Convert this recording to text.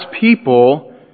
people